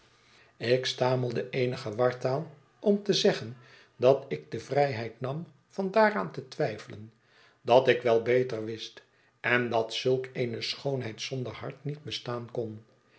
ik stamelde eenige wartaal om te zeggen dat ik de vrijheid nam van daaraan te twijfelen dat ik wel beter wist en dat zulk eene schoonheid zonder hart niet bestaan kon